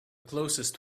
closest